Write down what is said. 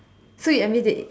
so you admit it